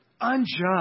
unjust